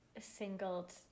singled